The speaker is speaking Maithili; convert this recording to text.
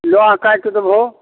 नहि काटि देबहो